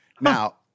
Now